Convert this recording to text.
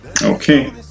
Okay